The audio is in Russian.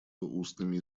устными